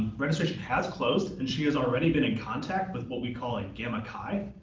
registration has closed and she has already been in contact with what we call a gamma chi,